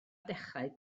dechrau